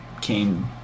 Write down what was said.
came